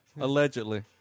Allegedly